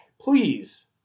please